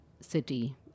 city